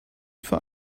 für